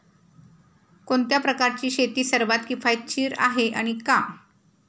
कोणत्या प्रकारची शेती सर्वात किफायतशीर आहे आणि का?